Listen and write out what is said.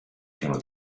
piano